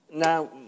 Now